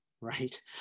right